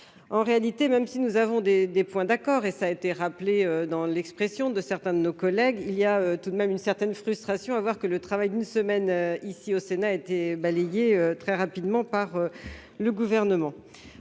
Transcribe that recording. en réalité, même si nous avons des des points d'accord et ça été rappelé dans l'expression de certains de nos collègues, il y a tout de même une certaine frustration à voir que le travail d'une semaine ici au Sénat a été balayé très rapidement par le gouvernement,